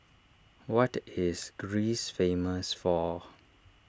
what is Greece famous for